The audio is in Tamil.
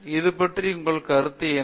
இதைப் பற்றிய உங்கள் கருத்து என்ன